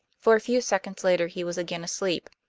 for a few seconds later he was again asleep.